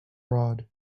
rod